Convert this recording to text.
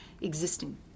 existing